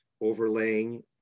overlaying